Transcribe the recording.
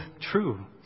true